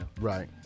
Right